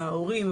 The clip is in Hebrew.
ההורים,